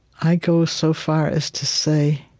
i go so far as to say,